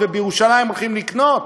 ובירושלים הולכים לקנות?